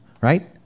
Right